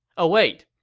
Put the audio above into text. ah wait,